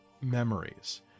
memories